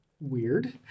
Weird